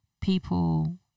people